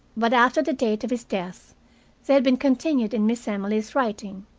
but after the date of his death they had been continued in miss emily's writing.